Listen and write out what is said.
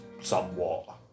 somewhat